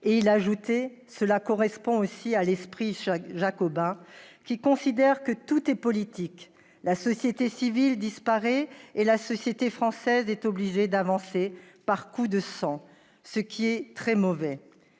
» Il ajoutait :« Cela correspond aussi à l'esprit jacobin, qui considère que tout est politique. La société civile disparaît et la société française est obligée d'avancer par coups de sang. Ce qui est très mauvais.